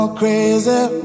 crazy